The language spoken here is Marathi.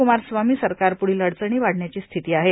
क्मारस्वामी सरकारप्ढच्या अडचणी वाढण्याची स्थिती आहे